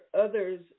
others